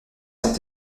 sont